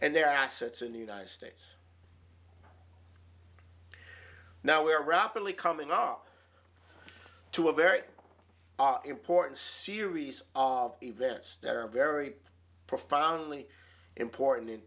and their assets in the united states now we are rapidly coming up to a very important series of events that are very profoundly important in